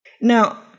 Now